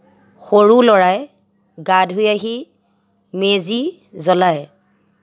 সৰু ল'ৰাই গা ধুই আহি মেজি জ্বলায়